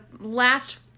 last